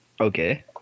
Okay